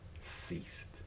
ceased